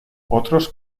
otros